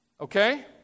Okay